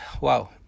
wow